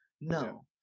No